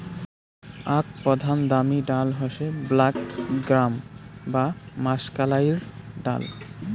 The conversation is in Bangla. আক প্রধান দামি ডাল হসে ব্ল্যাক গ্রাম বা মাষকলাইর ডাল